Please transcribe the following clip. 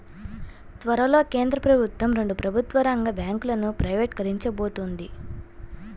త్వరలో కేంద్ర ప్రభుత్వం రెండు ప్రభుత్వ రంగ బ్యాంకులను ప్రైవేటీకరించబోతోంది